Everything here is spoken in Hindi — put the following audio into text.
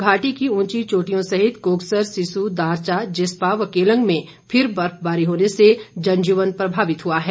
घाटी की ऊंची चोटियों सहित कोकसर सिसु दारचा जिस्पा व केलंग में फिर बर्फबारी होने से जनजीवन प्रभावित हुआ है